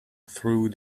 through